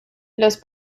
los